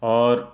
اور